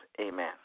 Amen